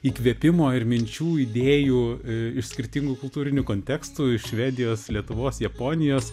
įkvėpimo ir minčių idėjų iš skirtingų kultūrinių kontekstų iš švedijos lietuvos japonijos